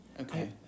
Okay